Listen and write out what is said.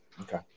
okay